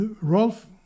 Rolf